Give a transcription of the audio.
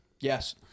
Yes